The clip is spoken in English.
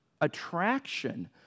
attraction